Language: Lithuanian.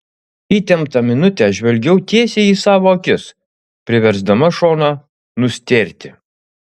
įtemptą minutę žvelgiau tiesiai į savo akis priversdama šoną nustėrti